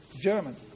German